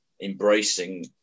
embracing